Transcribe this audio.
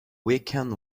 weaken